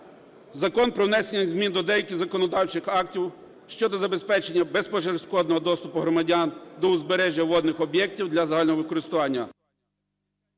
Закон про внесення змін до деяких законодавчих актів щодо забезпечення безперешкодного доступу громадян до узбережжя водних об'єктів для загального водокористування...